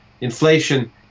inflation